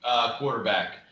quarterback